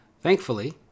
Thankfully